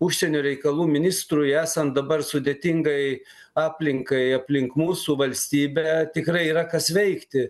užsienio reikalų ministrui esant dabar sudėtingai aplinkai aplink mūsų valstybę tikrai yra kas veikti